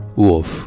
Wolf